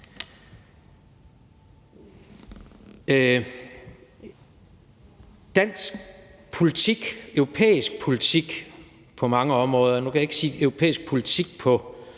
dansk politik, i europæisk politik på mange områder – og nu kan jeg ikke sige europæisk politik på